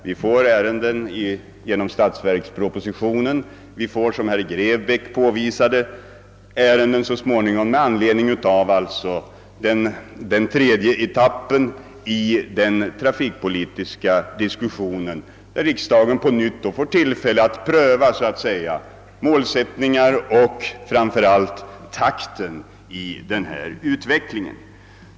Sådana ärenden får vi genom statsverkspropositionen och, som herr Grebäck påpekade, med anledning av den tredje etappen i den trafikpolitiska diskussionen, då riksda gen på nytt får tillfälle att pröva målsättningarna och, framför allt, takten i utvecklingen.